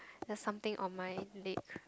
there's something on my leg